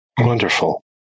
Wonderful